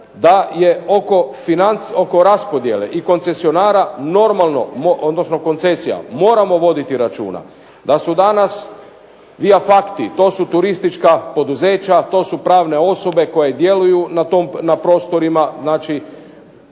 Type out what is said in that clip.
da je oko raspodjele i koncesionara, odnosno koncesija moramo voditi računa da su danas dijafakti, tu su turistička poduzeća, to su pravne osobe koje djeluju na prostorima, znači